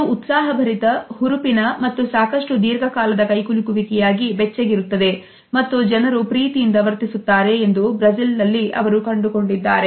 ಇದು ಉತ್ಸಾಹಭರಿತ ಹುರುಪಿನ ಮತ್ತು ಸಾಕಷ್ಟು ದೀರ್ಘಕಾಲದ ಕೈಕುಲುಕುವಿಕೆಯಾಗಿ ಬೆಚ್ಚಗಿರುತ್ತದೆ ಮತ್ತು ಜನರು ಪ್ರೀತಿಯಿಂದ ವರ್ತಿಸುತ್ತಾರೆ ಎಂದು ಬ್ರೆಜಿಲ್ನಲ್ಲಿ ಅವರು ಕಂಡುಕೊಂಡಿದ್ದಾರೆ